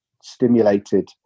stimulated